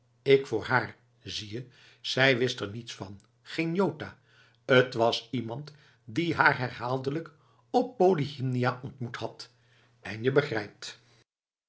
ik voor haar zie je zij wist er niets van geen jota t was iemand die haar herhaaldelijk op polyhymnia ontmoet had en je begrijpt